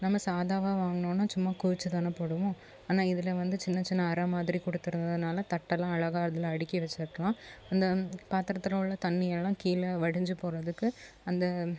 நம்ம சாதாவாக வாங்கினோம்னா சும்மா குவிச்சிதானே போடுவோம் ஆனால் இதில் வந்து சின்ன சின்ன அறை மாதிரி கொடுத்துருந்ததுனால தட்டெல்லாம் அழகா அதில் அடிக்க வச்சிக்கலாம் இந்த பாத்தரத்தில் உள்ள தண்ணி எல்லாம் கீழே வடிஞ்சிபோகிறதுக்கு அந்த